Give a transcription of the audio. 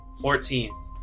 Fourteen